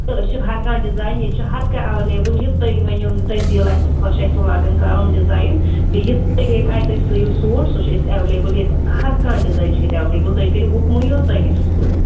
تہٕ أسۍ چھِ ہر کانٛہہ ڈِزاین ییٚتہِ چھُ ہر کانٛہہ ایٚویلیبُل یہِ تُہۍ ؤنِو یہِ تۄہہِ دِل آسوٕ خۄش آسوٕ لگان کَرُن ڈَِزاین بیٚیہِ یہِ تۄہہِ ییٚمہِ آیہِ تُہۍ سُوِو سوٗٹ سُہ چھُ اَسہِ ایٚویلیبُل ییٚتہِ ہر کانٛہہ ڈِزاین چھُ ییٚتہِ ایٚویلیبُل تُہۍ کٔرِو حُکمٕے اوت تۄہہِ کیٛاہ چھُ سُوُن